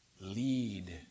Lead